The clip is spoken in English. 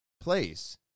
place